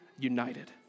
united